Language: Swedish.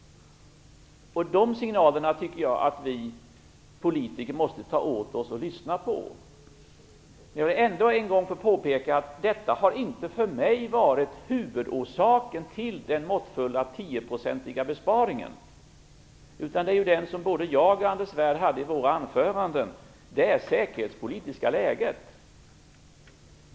De signalerna tycker jag att vi politiker måste ta åt oss och lyssna på. Jag vill ändå en gång påpeka att detta inte för mig har varit huvudorsaken till den måttfulla 10 procentiga besparingen. Orsaken tog både jag och Anders Svärd upp i våra anföranden, nämligen det säkerhetspolitiska läget.